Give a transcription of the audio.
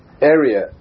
area